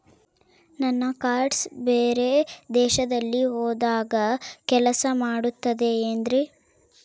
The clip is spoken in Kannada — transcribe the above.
ನನ್ನ ಕಾರ್ಡ್ಸ್ ಬೇರೆ ದೇಶದಲ್ಲಿ ಹೋದಾಗ ಕೆಲಸ ಮಾಡುತ್ತದೆ ಏನ್ರಿ?